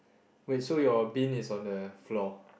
wait so your bin is on the floor